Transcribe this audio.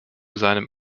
seinem